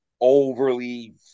overly